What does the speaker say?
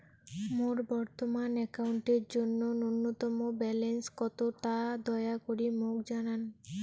মোর বর্তমান অ্যাকাউন্টের জন্য ন্যূনতম ব্যালেন্স কত তা দয়া করি মোক জানান